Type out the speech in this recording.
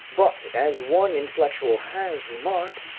but as one intellectual has remarked,